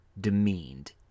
demeaned